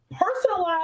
personalized